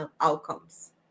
outcomes